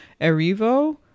Erivo